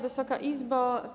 Wysoka Izbo!